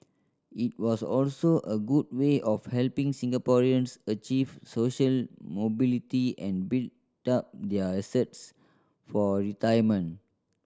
it was also a good way of helping Singaporeans achieve social mobility and build up their assets for retirement